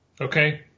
okay